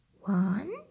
One